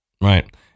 right